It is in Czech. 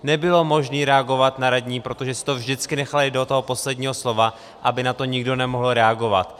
Nebylo možné reagovat na radní, protože si to vždycky nechali do toho posledního slova, aby na to nikdo nemohl reagovat.